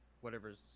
whatever's